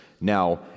now